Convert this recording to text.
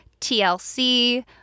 TLC